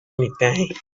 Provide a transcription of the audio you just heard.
anything